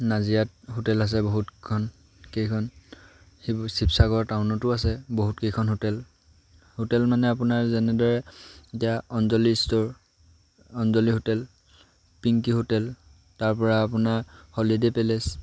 নাজিৰাত হোটেল আছে বহুতখন কেইখন শিৱ শিৱসাগৰ টাউনতো আছে বহুতকেইখন হোটেল হোটেল মানে আপোনাৰ যেনেদৰে এতিয়া Anjali store Anjali hotel Pinky hotel তাৰ পৰা আপোনাৰ হলিডে' পেলেচ